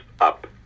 up